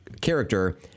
character